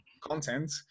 content